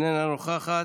אינה נוכחת,